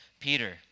Peter